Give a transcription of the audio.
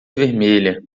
vermelha